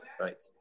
Right